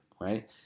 right